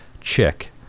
chick